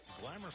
glamour